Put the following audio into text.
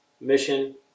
mission